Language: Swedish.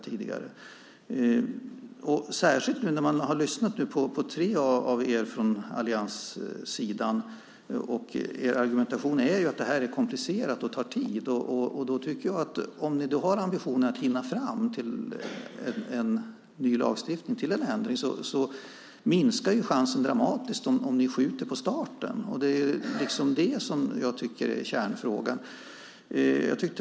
Jag har nu lyssnat på tre av er från allianssidan. Er argumentation är att det är komplicerat och tar tid. Om ni har ambitionen att hinna fram till en ny lagstiftning och en ändring minskar chansen dramatiskt om ni skjuter på starten. Det är kärnfrågan.